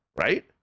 Right